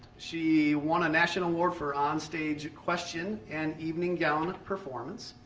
she won a national award for onstage question and evening gown performance.